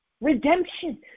redemption